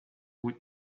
would